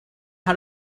how